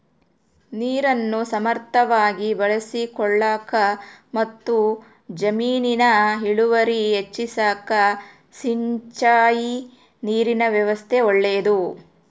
ನೀರನ್ನು ಸಮರ್ಥವಾಗಿ ಬಳಸಿಕೊಳ್ಳಾಕಮತ್ತು ಜಮೀನಿನ ಇಳುವರಿ ಹೆಚ್ಚಿಸಾಕ ಸಿಂಚಾಯಿ ನೀರಿನ ವ್ಯವಸ್ಥಾ ಒಳ್ಳೇದು